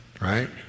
right